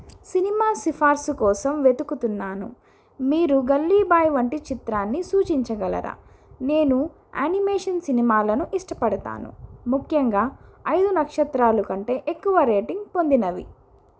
cinema సిఫార్సు కోసం వెతుకుతున్నాను మీరు గల్లీ బాయ్ వంటి చిత్రాన్ని సూచించగలరా నేను యానిమేషన్ సినిమాలను ఇష్టపడతాను ముఖ్యంగా ఐదు నక్షత్రాలు కంటే ఎక్కువ రేటింగ్ పొందినవి